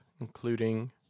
including